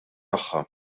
tagħha